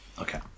Okay